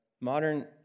modern